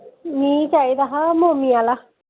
मिगी चाहिदा हा मोम्मी आह्ला